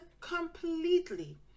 completely